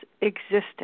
existence